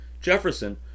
Jefferson